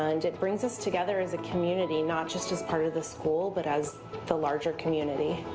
ah and it brings us together as a community not just as part of the school but as the larger community.